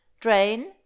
Drain